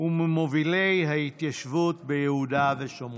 וממובילי ההתיישבות ביהודה ושמרון.